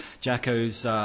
Jacko's